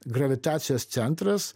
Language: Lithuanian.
gravitacijos centras